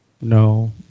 No